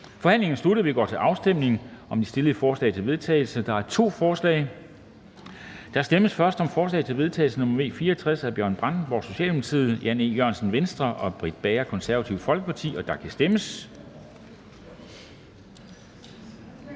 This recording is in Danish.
Forhandlingen er sluttet, og vi går til afstemning om de stillede forslag til vedtagelse. Der er to forslag. Der stemmes først om forslag til vedtagelse nr. V 64 af Bjørn Brandenborg (S), Jan E. Jørgensen (V) og Britt Bager (KF), og der kan stemmes.